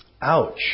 Ouch